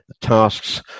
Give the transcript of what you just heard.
Tasks